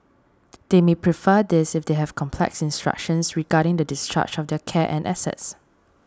they may prefer this if they have complex instructions regarding the discharge of their care and assets